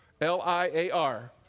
L-I-A-R